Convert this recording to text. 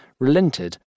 relented